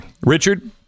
Richard